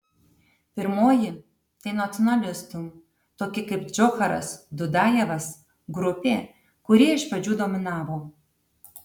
pirmoji tai nacionalistų tokie kaip džocharas dudajevas grupė kurie iš pradžių dominavo